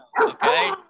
okay